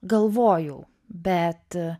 galvojau bet